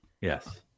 yes